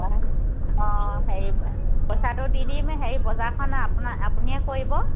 অঁ হেৰি পইছাটো দি দিম হেৰি বজাৰখন আপোনা আপুনিয়ে কৰিব